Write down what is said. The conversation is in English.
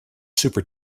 super